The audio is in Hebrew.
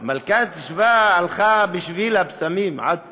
מלכת שבא הלכה בשביל הבשמים עד פה,